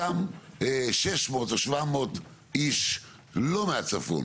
אותם 600 או 700 איש לא מהצפון,